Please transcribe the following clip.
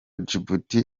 djibouti